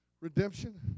redemption